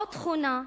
או תכונה,